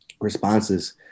responses